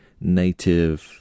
native